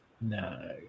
No